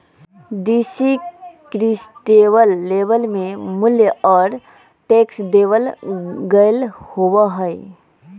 descriptive label में मूल्य और टैक्स देवल गयल होबा हई